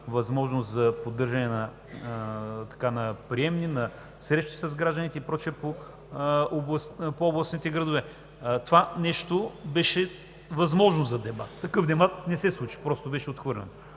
възможност за поддържане на приемни, на срещи с гражданите и прочее по областните градове. Това нещо беше възможно за дебат, но такъв дебат не се случи, беше отхвърлено.